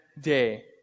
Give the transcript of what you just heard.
day